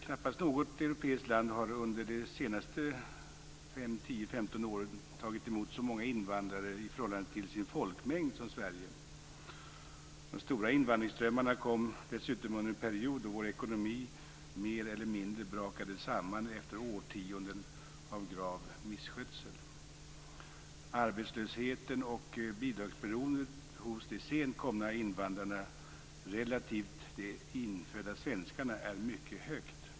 Knappast något europeiskt land har under de senaste 10-15 åren tagit emot så många invandrare i förhållande till sin folkmängd som Sverige. De stora invandringsströmmarna kom dessutom under en period då vår ekonomi mer eller mindre brakade samman efter årtionden av grav misskötsel. Arbetslösheten och bidragsberoendet hos de sent komna invandrarna, relativt de infödda svenskarna, är mycket högt.